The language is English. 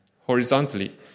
horizontally